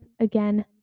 again